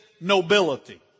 nobility